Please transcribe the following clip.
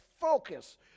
focus